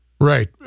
Right